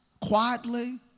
quietly